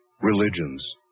religions